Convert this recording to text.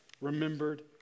remembered